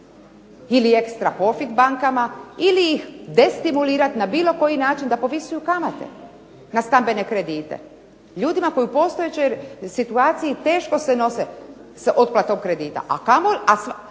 ili ekstra profit bankama ili ih destimulirati na bilo koji način da povisuju kamate na stambene kredite. Ljudima koji u postojećoj situaciji teško se nose sa otplatom kredita, a